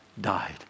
died